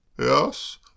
Yes